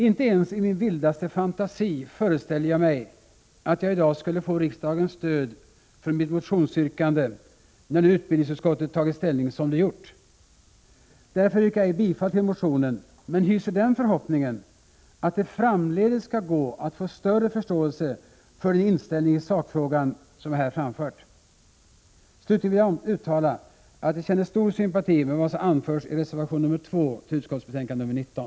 Inte ens i min vildaste fantasi föreställer jag mig att jag i dag skulle få riksdagens stöd för mitt motionsyrkande, när nu utbildningsutskottet tagit ställning som det gjort. Därför yrkar jag ej bifall till motionen men hyser den förhoppningen, att det framdeles skall gå att få större förståelse för den inställning i sakfrågan som jag här framfört. Slutligen vill jag uttala att jag känner stor sympati för vad som anförs i reservation nr 2 till utskottsbetänkande nr 19.